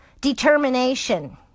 determination